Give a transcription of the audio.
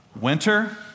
Winter